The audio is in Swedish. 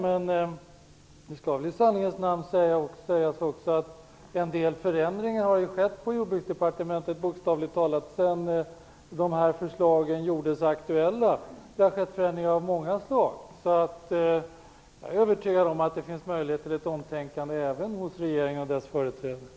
Det skall väl i sanningens namn också sägas att det sedan de här förslagen aktualiserades har inträffat förändringar av många slag. Jag är övertygad om att det finns möjligheter till ett omtänkande även hos regeringens företrädare.